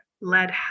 led